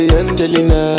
angelina